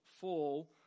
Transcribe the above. fall